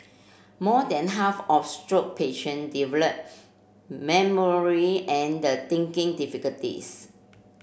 more than half of stroke patient develop memory and the thinking difficulties